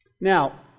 Now